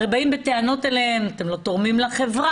הרי באים אליהם בטענות ואומרים להם שהם לא תורמים לחברה,